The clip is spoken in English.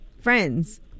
friends